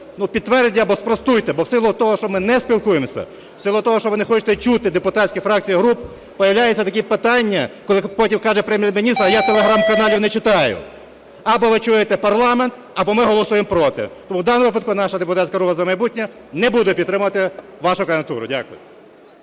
підтвердіть або спростуйте, бо в силу того, що ми не спілкуємося, в силу того, що ви не хочете чути депутатські фракції і групи, появляються такі питання, коли потім каже Прем'єр-міністр, а я Telegram-каналів не читаю. Або ви чуєте парламент, або ми голосуємо проти. Тому в даному випадку наша депутатська група "За майбутнє" не буде підтримувати вашу кандидатуру. Дякую.